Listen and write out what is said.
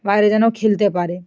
বাইরে যেন খেলতে পারে